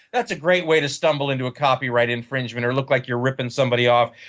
that's a great way to stumble into a copyright infringement or look like you're ripping somebody off.